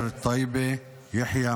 יחיא,